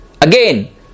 again